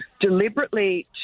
deliberately